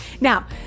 Now